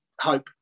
hope